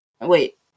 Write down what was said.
wait